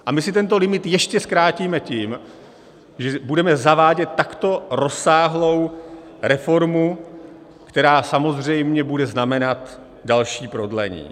A my si tento limit ještě zkrátíme tím, že budeme zavádět takto rozsáhlou reformu, která samozřejmě bude znamenat další prodlení.